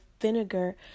vinegar